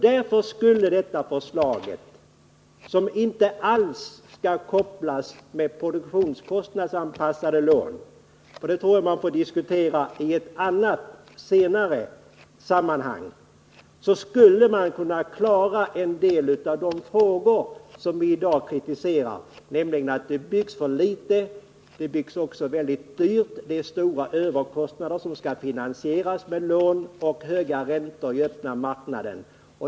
Därför skulle man med detta förslag — som inte alls skall kopplas ihop med produktionskostnadsanpassade lån, som jag tror att vi får diskutera i ett senare sammanhang — kunna klara en hel del av de problem som vi i dag kritiserar, nämligen att det byggs för få bostäder och för dyrt, att det finns stora överkostnader som skall finansieras med lån och att det är höga räntor på den öppna marknaden.